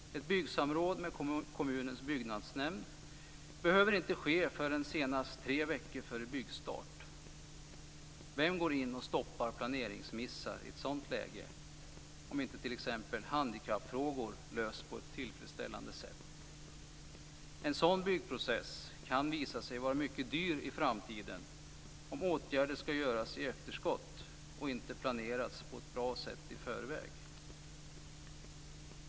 Ett byggsamråd med kommunens byggnadsnämnd behöver inte ske förrän senast tre veckor före byggstart. Vem går in och stoppar planeringsmissar i ett sådant läge? Det kan t.ex. vara handikappfrågor som inte lösts på ett tillfredsställande sätt. En sådan byggprocess kan visa sig vara mycket dyr i framtiden, om åtgärder skall vidtas i efterskott och inte planerats på ett bra sätt i förväg.